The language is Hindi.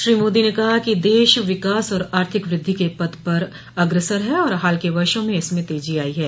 श्री मोदी ने कहा कि देश विकास और आर्थिक वृद्धि के पथ पर अग्रसर है और हाल के वर्षों में इसमें तेजी आई है